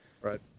Right